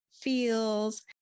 feels